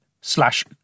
slash